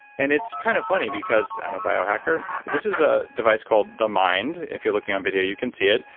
and it's kind of funny because i'm a biohacker. this is a device called the mind. if you're looking on video, you can see it.